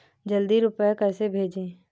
जल्दी रूपए कैसे भेजें?